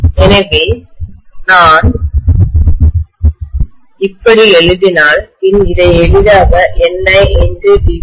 எனவே நான் இப்படி எழுதினால் பின் இதை எளிதாக Ni d∅